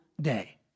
day